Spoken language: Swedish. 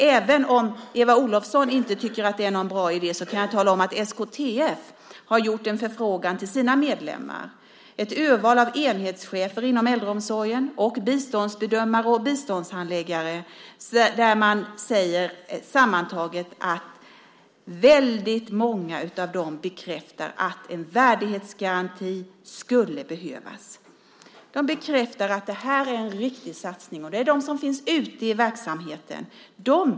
Även om Eva Olofsson inte tycker att det är någon bra idé så kan jag tala om att SKTF har gjort en förfrågan till sina medlemmar. Ett urval av enhetschefer inom äldreomsorgen, biståndsbedömare och biståndshandläggare säger sammantaget att en värdighetsgaranti skulle behövas. Det är många som bekräftar att det här är en riktig satsning. Det är de som finns ute i verksamheten som säger detta.